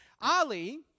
Ali